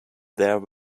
there